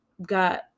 got